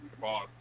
boss